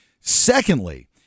Secondly